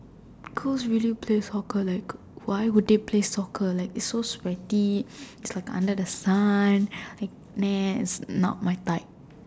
girls really play soccer like why would they play soccer like it's so sweaty it's like under the sun like nah it's not my type